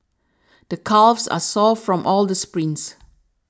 the calves are sore from all the sprints